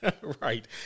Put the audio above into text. Right